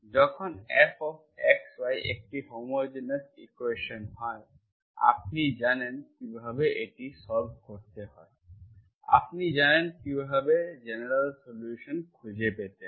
যখন fxy একটি homogeneous equation হয় আপনি জানেন কিভাবে এটি সল্ভ করতে হয় আপনি জানেন কিভাবে জেনারেল সলিউসান খুঁজে পেতে হয়